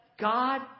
God